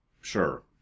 Sure